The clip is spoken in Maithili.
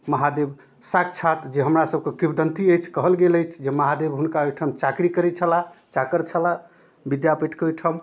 महादेव साक्षात जे हमरा सबके किंवदन्ती अछि कहल गेल अछि जे महादेव हुनका ओहिठाम चाकरी करै छलाह चाकर छलाह विद्यापतिके ओहिठाम